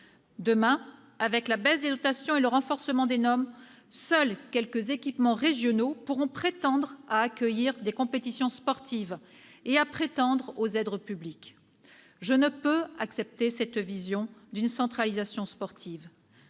Demain, avec la baisse des dotations et le renforcement des normes, seuls quelques équipements régionaux pourront prétendre à accueillir des compétitions sportives et à être éligibles aux aides publiques. Je ne peux pas accepter cette vision d'une centralisation sportive.